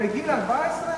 בגיל 14?